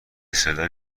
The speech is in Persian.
سلاح